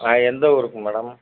ஆ எந்த ஊருக்கு மேடம்